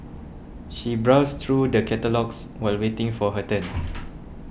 she browsed through the catalogues while waiting for her turn